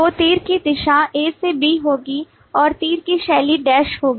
तो तीर की दिशा A से B तक होगी और तीर की शैली dash होगी